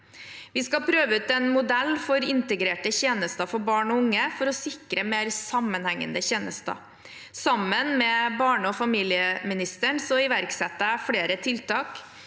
Vi skal prøve ut en modell for integrerte tjenester for barn og unge for å sikre mer sammenhengende tjenester. Sammen med barne- og familieministeren iverksetter jeg flere tiltak,